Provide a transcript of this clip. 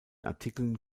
artikeln